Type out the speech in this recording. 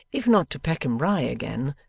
if not to peckham rye again,